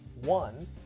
One